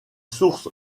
sources